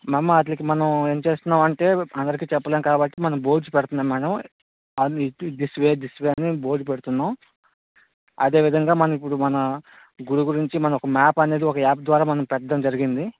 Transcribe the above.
మేము వాటికి మనం ఏం చేస్తున్నాము అంటే అందరికీ చెప్పలేము కాబట్టి మనం బోర్డ్స్ పెడుతున్నాము మేడమ్ అవిటు దిస్ వే దిస్ వే అని బోర్డ్ పెడుతున్నాము అదేవిధంగా మనం ఇప్పుడు మన గుడిగురించి మనం ఒక మ్యాప్ అనేది మనం ఒక యాప్ ద్వారా మనం పెట్టడం జరిగింది